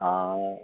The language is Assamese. অঁ